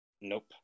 Nope